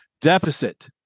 deficit